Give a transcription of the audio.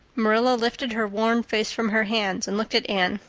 marilla lifted her worn face from her hands and looked at anne.